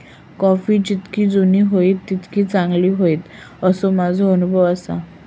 coffee जितकी जुनी होईत तितकी चांगली होईत, असो माझो अनुभव आसा